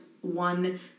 one